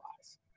eyes